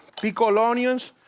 pickled onions,